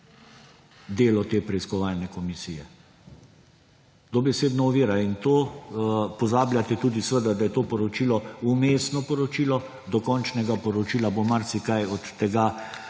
delo te preiskovalne policije. Dobesedno ovira. In pozabljate tudi, da je to poročilo vmesno poročilo. Do končnega poročila bo marsikaj od tega